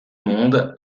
monde